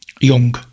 Young